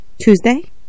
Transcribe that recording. Tuesday